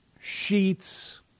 Sheets